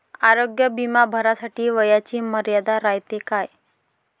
आरोग्य बिमा भरासाठी वयाची मर्यादा रायते काय?